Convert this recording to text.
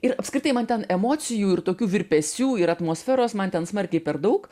ir apskritai man ten emocijų ir tokių virpesių ir atmosferos man ten smarkiai per daug